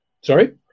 Sorry